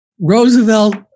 Roosevelt